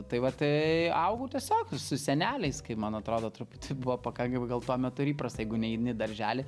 tai va tai augau tiesiog su seneliais kaip man atrodo truputį buvo pakankamai gal tuo metu ir įprastą jeigu neini į darželį